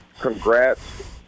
congrats